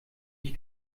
ich